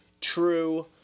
true